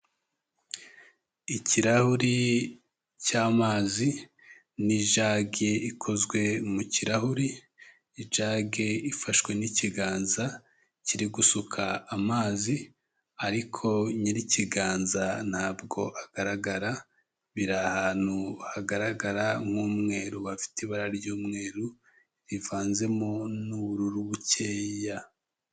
Ikirahuri cy'amazi n'ijage ikozwe mu kirahuri. Ijage ifashwe n'ikiganza kiri gusuka amazi, ariko nyiri ikiganza ntabwo agaragara. Biri ahantu hagaragara nk'umweru, bafite ibara ry'umweru, rivanzemo n'ubururu bukeya.